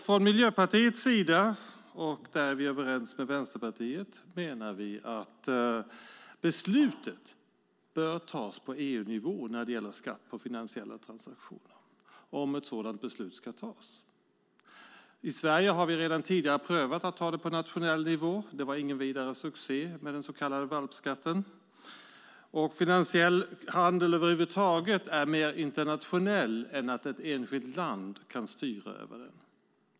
Från Miljöpartiets sida - här är vi överens med Vänsterpartiet - menar vi att beslutet om skatt på finansiella transaktioner bör tas på EU-nivå, om ett sådant beslut ska tas. I Sverige har vi redan tidigare prövat att ta det på nationell nivå. Det var ingen vidare succé med den så kallade valpskatten. Finansiell handel över huvud taget är mer internationell än att ett enskilt land kan styra över den.